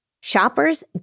Shoppers